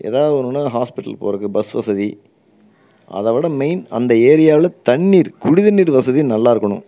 ஏதாவது ஒன்றுனா ஹாஸ்பிட்டல் போறதுக்கு பஸ் வசதி அதைவிட மெயின் அந்த ஏரியாவில் தண்ணீர் குடி தண்ணீர் வசதி நல்லா இருக்கணும்